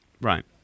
Right